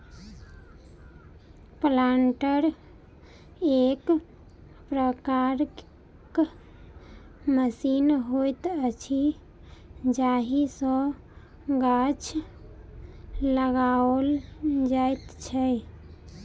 planter एक प्रकारक machine होइत अछि जाहि सॅ गाछ लगाओल जाइत छै